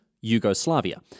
Yugoslavia